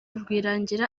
rwirangira